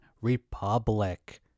Republic